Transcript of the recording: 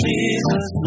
Jesus